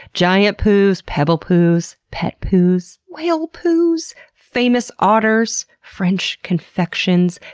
giant poos, pebble poos, pet poos, whale poos, famous otters, french confections,